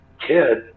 kid